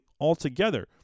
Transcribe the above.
altogether